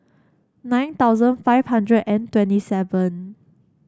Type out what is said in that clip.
nine thousand five hundred and twenty seven